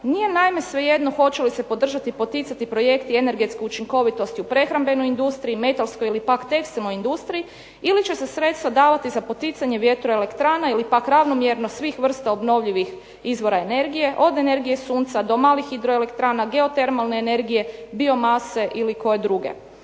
Nije naime svejedno hoće li se podržati i poticati projekti i energetske učinkovitosti u prehrambenoj industriji, metalskoj ili pak tekstilnoj industriji ili će se sredstva davati za poticanje vjetroelektrana ili pak ravnomjerno svih vrsta obnovljivih izvora energije od energije sunca do malih hidroelektrana, geotermalne energije, biomase ili koje druge.